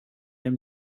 him